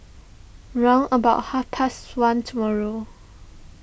round about half past one tomorrow